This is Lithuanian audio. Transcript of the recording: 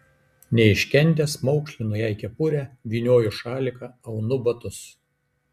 neiškentęs maukšlinu jai kepurę vynioju šaliką aunu batus